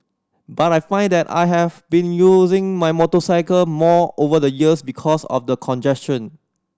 but I find that I have been using my motorcycle more over the years because of the congestion